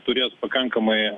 turės pakankamai